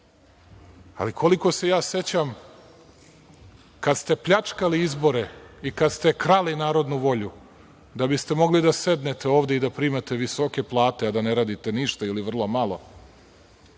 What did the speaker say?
Koliko se sećam, kada ste pljačkali izbore i kada ste krali narodnu volju, da bi ste mogli da sednete ovde i da primate visoke plate, a da ne radite ništa ili vrlo malo,